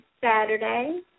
Saturday